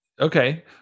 Okay